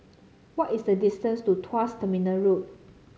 what is the distance to Tuas Terminal Road